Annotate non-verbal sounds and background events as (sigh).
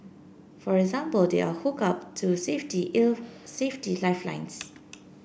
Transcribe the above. for example they are hooked up to safety (unintelligible) safety lifelines